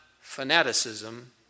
fanaticism